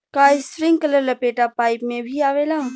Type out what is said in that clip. का इस्प्रिंकलर लपेटा पाइप में भी आवेला?